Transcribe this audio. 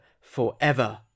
forever